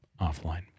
offline